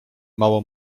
mało